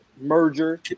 merger